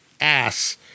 ass